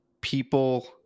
people